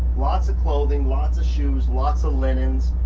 lots of clothing, lots of shoes, lots of linens,